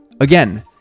Again